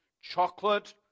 chocolate